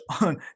on